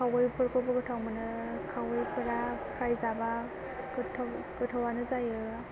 खावैफोरखौबो गोथाव मोनो खावैफ्रा फ्राय जाबा गोथाव गोथावानो जायो